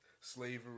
slavery